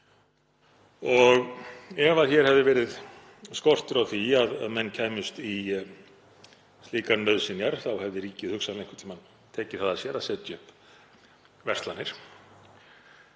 og ef hér hefði verið skortur á því að menn kæmust í slíkar nauðsynjar hefði ríkið hugsanlega einhvern tímann tekið það að sér að setja upp verslanir